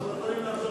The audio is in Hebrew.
אנחנו יכולים לחזור